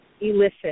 elicit